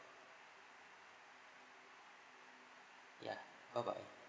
ya bye bye